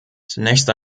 zunächst